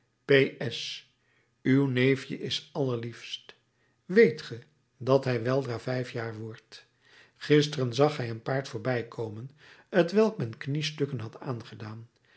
s uw neefje is allerliefst weet ge dat hij weldra vijf jaar wordt gisteren zag hij een paard voorbijkomen t welk men kniestukken had aangedaan